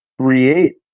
create